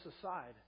aside